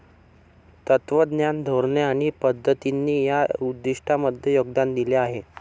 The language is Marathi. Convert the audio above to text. तत्त्वज्ञान, धोरणे आणि पद्धतींनी या उद्दिष्टांमध्ये योगदान दिले आहे